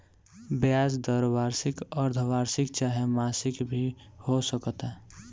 ब्याज दर वार्षिक, अर्द्धवार्षिक चाहे मासिक भी हो सकता